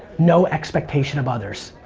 no expectations of others.